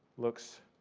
looks